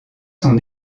son